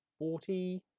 forty.